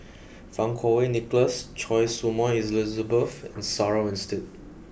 Fang Kuo Wei Nicholas Choy Su Moi Elizabeth and Sarah Winstedt